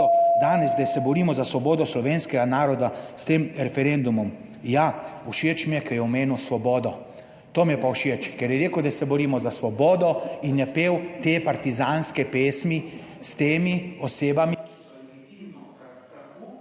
danes, da se borimo za svobodo slovenskega naroda. S tem referendumom. Ja, všeč mi je, ker je omenil svobodo. To mi je pa všeč, ker je rekel, da se borimo za svobodo in je pel te partizanske pesmi. S temi osebami /izklop mikrofona/